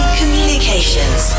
communications